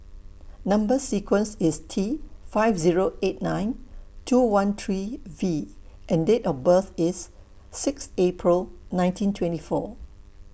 Number sequence IS T five Zero eight nine two one three V and Date of birth IS six April nineteen twenty four